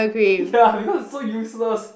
ya because it's so useless